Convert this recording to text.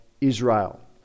Israel